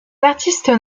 artistes